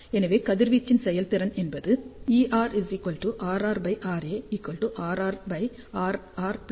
எனவே கதிர்வீச்சின் செயல்திறன் என்பது er RrRA Rr RrRL